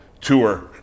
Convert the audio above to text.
tour